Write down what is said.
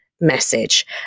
Message